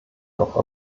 noch